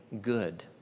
good